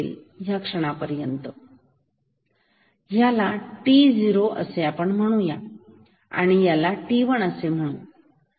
या क्षणापर्यंत ठीक आहे तर ह्याला t 0 असे म्हणू या आणि याला t1 असे म्हणू